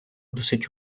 досить